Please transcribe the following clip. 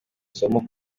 isomo